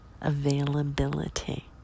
availability